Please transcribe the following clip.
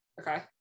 Okay